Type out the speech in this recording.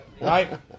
Right